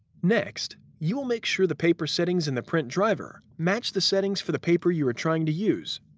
next, you will make sure the paper settings in the print driver match the settings for the paper you are trying to use.